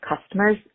customers